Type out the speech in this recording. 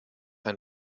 ein